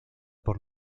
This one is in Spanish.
por